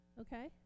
Okay